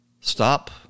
stop